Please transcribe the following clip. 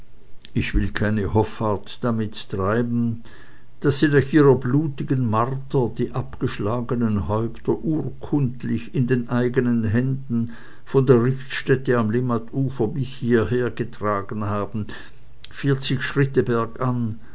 ich will keine hoffart damit treiben daß sie nach ihrer blutigen marter die abgeschlagenen häupter urkundlich in den eigenen händen von der richtstätte am limmatufer bis hieher getragen haben vierzig schritte bergan